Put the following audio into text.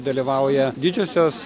dalyvauja didžiosios